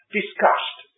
discussed